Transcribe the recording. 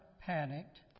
panicked